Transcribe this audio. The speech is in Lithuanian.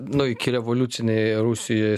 nu ikirevoliucinėje rusijoje